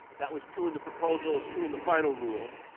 that was true in the proposal it's true in the final rule.